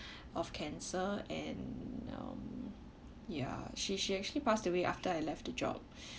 of cancer and um ya she she actually passed away after I left the job